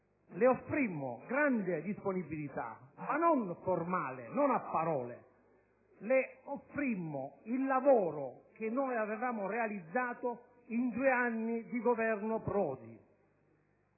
le offrì grande disponibilità, non formale, non a parole. Le offrì il lavoro che era stato realizzato in due anni di Governo Prodi.